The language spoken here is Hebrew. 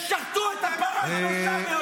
כששחטו את הפרה הקדושה ביותר.